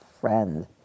friend